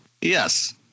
Yes